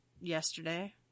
yesterday